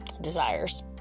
desires